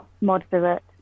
moderate